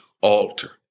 altar